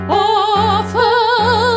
awful